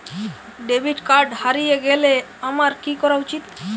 Debit card হারিয়ে গেলে আমার কি করা উচিৎ?